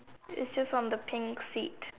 it's just on the pink seat